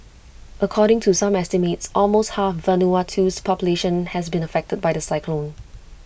according to some estimates almost half Vanuatu's population has been affected by the cyclone